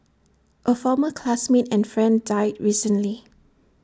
A former classmate and friend died recently